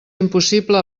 impossible